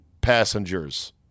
passengers